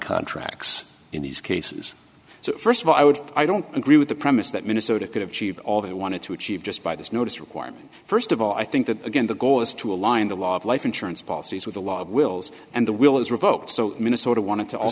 contracts in these cases so first of all i would i don't agree with the premise that minnesota could have achieved all they wanted to achieve just by this notice requirement first of all i think that again the goal is to align the law of life insurance policies with a lot of wills and the will is revoked so minnesota wanted to all